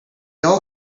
all